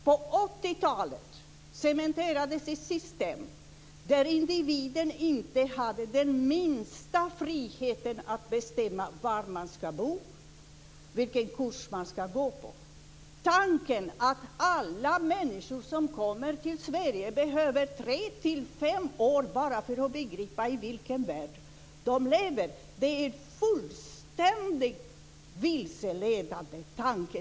På 80-talet cementerades ett system där individen inte hade den minsta frihet att bestämma var man skulle bo och vilken kurs man skulle gå på. Tanken att alla människor som kommer till Sverige behöver tre till fem år bara för att begripa i vilken värld de lever är fullständigt vilseledande.